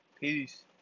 Peace